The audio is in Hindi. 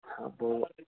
हाँ वो